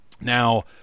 Now